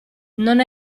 non